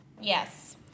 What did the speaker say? Yes